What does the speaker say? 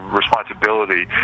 responsibility